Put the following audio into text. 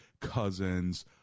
cousins